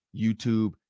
YouTube